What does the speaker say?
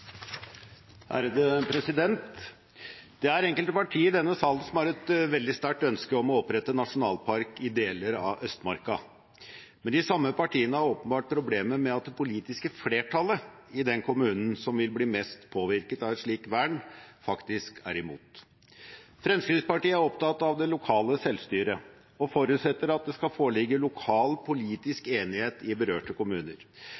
Det er enkelte partier i denne salen som har et veldig sterkt ønske om å opprette nasjonalpark i deler av Østmarka, men de samme partiene har åpenbart problemer med at det politiske flertallet i den kommunen som vil bli mest påvirket av et slikt vern, faktisk er imot. Fremskrittspartiet er opptatt av det lokale selvstyret og forutsetter at det skal foreligge lokal politisk enighet i berørte kommuner,